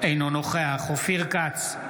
אינו נוכח אופיר כץ,